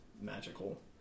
magical